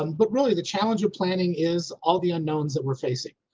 um but really the challenge of planning is all the unknowns that we're facing.